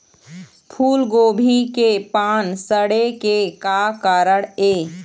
फूलगोभी के पान सड़े के का कारण ये?